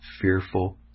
fearful